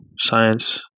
science